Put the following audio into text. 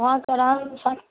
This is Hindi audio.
वहाँ का रहन सहन